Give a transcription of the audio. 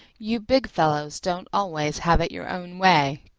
you big fellows don't always have it your own way,